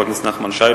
חבר הכנסת נחמן שי,